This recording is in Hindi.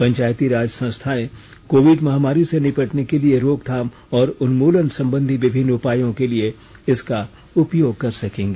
पंचायती राज संस्थाएं कोविड महामारी से निपटने के लिए रोकथाम और उन्मूलन संबंधी विभिन्न उपायों के लिए इसका उपयोग कर सकेंगी